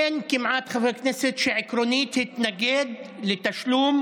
אין כמעט חבר כנסת שהתנגד עקרונית לתשלום